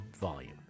volume